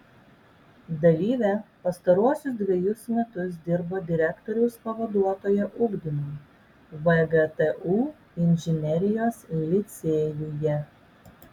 dalyvė pastaruosius dvejus metus dirbo direktoriaus pavaduotoja ugdymui vgtu inžinerijos licėjuje